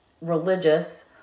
religious